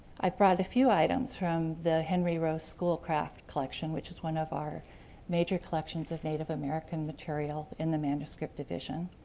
i've brought a few items from the henry rowe schoolcraft collection which is one of our major collections of native american material in the manuscript division.